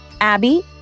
Abby